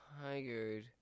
tired